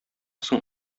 соң